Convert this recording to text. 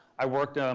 i worked,